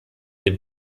dem